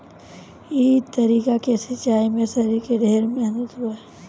ई तरीका के सिंचाई में शरीर के ढेर मेहनत बा